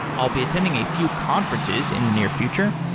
i'll be attending a few conferences in the near future.